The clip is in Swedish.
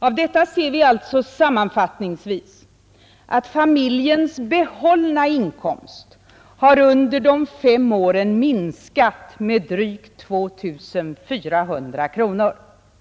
Av detta ser vi sammanfattningsvis att familjens behållna inkomst under de fem åren har minskat med drygt 2 400 kronor.